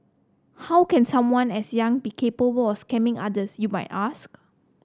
how can someone as young be capable of scamming others you might ask